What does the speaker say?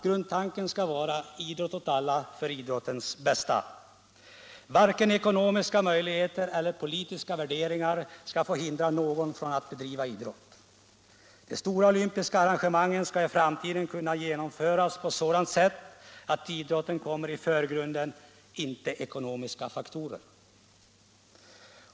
Grundtanken skall vara idrott åt alla för idrottens bästa. Varken ekonomiska möjligheter eller politiska värderingar skall få hindra någon att bedriva idrott. De stora olympiska arrangemangen skall i framtiden kunna genomföras på sådant sätt att idrotten kommer i förgrunden och inte ekonomiska faktorer.